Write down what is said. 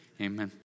Amen